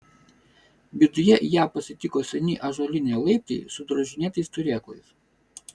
viduje ją pasitiko seni ąžuoliniai laiptai su drožinėtais turėklais